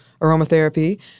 aromatherapy